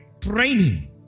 training